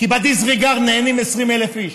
כי ב-disregard נהנים 20,000 איש,